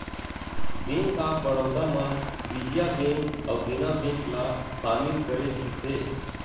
bank of Baroda म Vijaya bank अउ Dena bank ल सामिल करे गिस हे